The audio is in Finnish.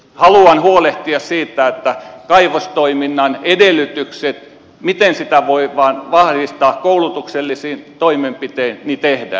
haluan huolehtia siitä että se millä kaivostoiminnan edellytyksiä voidaan vahvistaa koulutuksellisin toimenpitein tehdään